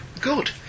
good